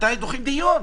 מתי דוחים דיון.